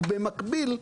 ובמקביל,